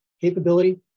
capability